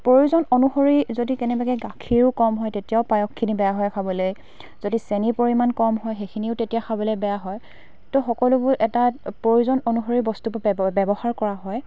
প্ৰয়োজন অনুসৰি যদি কেনেবাকৈ গাখীৰো কম হয় তেতিয়াও পায়সখিনি বেয়া হয় খাবলৈ যদি চেনি পৰিমাণ কম হয় সেইখিনিও তেতিয়া খাবলৈ বেয়া হয় তো সকলোবোৰ এটা প্ৰয়োজন অনুসৰি বস্তুবোৰ ব্যব ব্যৱহাৰ কৰা হয়